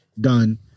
done